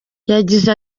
yagize